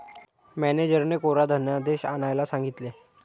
मॅनेजरने कोरा धनादेश आणायला सांगितले